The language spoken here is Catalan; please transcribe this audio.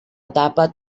etapa